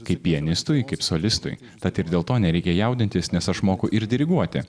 kaip pianistui kaip solistui tad ir dėl to nereikia jaudintis nes aš moku ir diriguoti